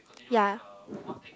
ya